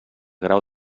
grau